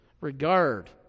regard